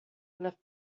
left